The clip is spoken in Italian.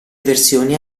versioni